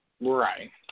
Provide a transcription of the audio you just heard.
Right